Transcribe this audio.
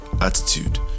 attitude